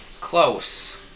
close